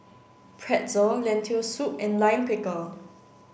Pretzel Lentil soup and Lime Pickle